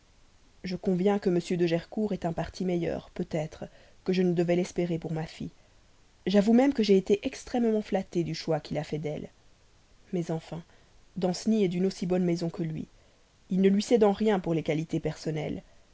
je conviens que m de gercourt est un parti meilleur peut-être que je ne pouvais l'espérer pour ma fille j'avoue même que j'ai été extrêmement flattée du choix qu'il a fait d'elle mais enfin danceny est d'une aussi bonne maison que lui il ne lui cède en rien pour les qualités personnelles